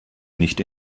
nicht